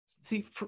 see